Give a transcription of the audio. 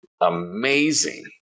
Amazing